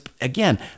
again